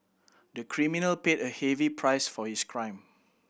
the criminal paid a heavy price for his crime